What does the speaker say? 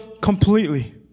completely